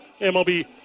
MLB